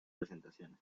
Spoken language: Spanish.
presentaciones